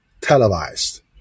televised